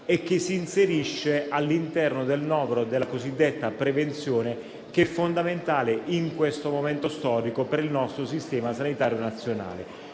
che si inserisce all'interno del novero della cosiddetta prevenzione, che è fondamentale in questo momento storico per il nostro sistema sanitario nazionale.